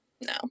No